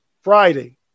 Friday